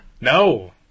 No